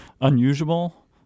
unusual